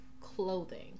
clothing